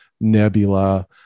nebula